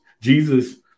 Jesus